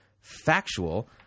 factual